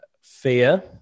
fear